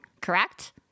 correct